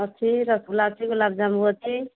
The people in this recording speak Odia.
ଅଛି ରସଗୁଲା ଅଛି ଗୋଲାପଜାମୁ ଅଛି